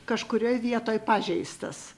kažkurioj vietoj pažeistas